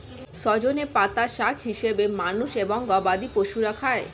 সজনে পাতা শাক হিসেবে মানুষ এবং গবাদি পশুরা খায়